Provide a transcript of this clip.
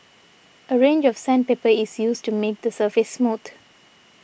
a range of sandpaper is used to make the surface smooth